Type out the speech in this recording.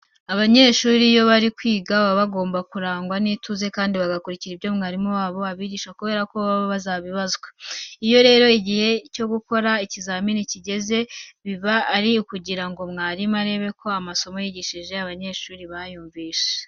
Iyo abanyeshuri bari kwiga baba bagomba kurangwa n'ituze kandi bagakurikira ibyo mwarimu wabo abigisha kubera ko baba bazabibazwa. Iyo rero igihe cyo gukora ikizamini kigeze, biba ari ukugira ngo mwarimu arebe ko amasomo yigishije abanyesuri bayumvise.